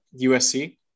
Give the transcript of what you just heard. usc